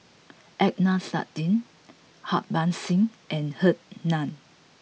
Adnan Saidi Harbans Singh and Henn Tan